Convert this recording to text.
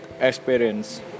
experience